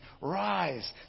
Rise